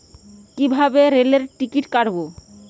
কিভাবে রেলের টিকিট কাটব?